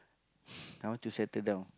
I want to settle down